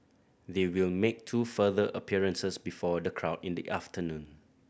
they will make two further appearances before the crowd in the afternoon